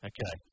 Okay